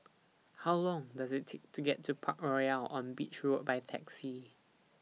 How Long Does IT Take to get to Parkroyal on Beach Road By Taxi